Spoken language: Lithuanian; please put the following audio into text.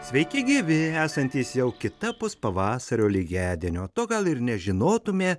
sveiki gyvi esantys jau kitapus pavasario lygiadienio to gal ir nežinotume